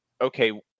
okay